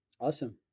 Awesome